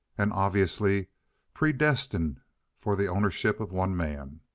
and obviously predestined for the ownership of one man.